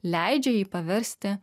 leidžia jį paversti